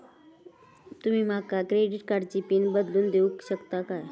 तुमी माका क्रेडिट कार्डची पिन बदलून देऊक शकता काय?